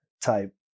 type